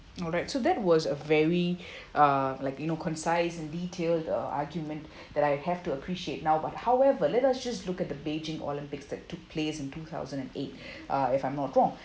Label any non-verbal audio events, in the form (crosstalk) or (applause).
alright so that was a very uh like you know concise and detailed argument (breath) that I have to appreciate now but however let us just look at the beijing olympics that took place in two thousand and eight (breath) uh if I'm not wrong